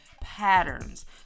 Patterns